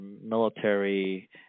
military